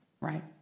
right